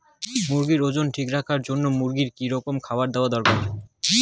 মুরগির ওজন ঠিক রাখবার জইন্যে মূর্গিক কি রকম খাবার দেওয়া দরকার?